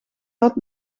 dat